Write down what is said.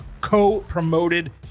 co-promoted